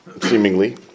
seemingly